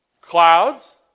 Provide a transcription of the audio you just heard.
Clouds